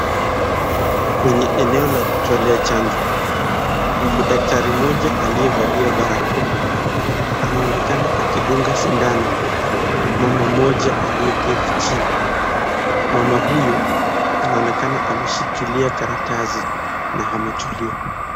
Kwenye eneo la kutolea chanjo daktari mmoja aliyevalia barakoa anaonekana akidunga sindano mama mmoja aliyeketi chini. Mama huyo anaonekana ameshikilia karatasi na ametulia.